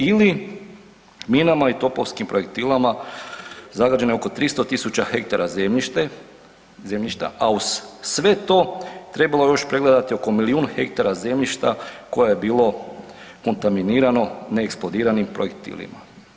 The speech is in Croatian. Ili minama i topovskim projektilima zagađeno je 300 tisuća hektara zemljišta, a uz sve to trebalo je još pregledati oko milijun hektara zemljišta koje je bilo kontaminirano neeksplodiranim projektilima.